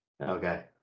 okay